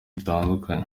dutandukanye